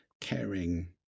caring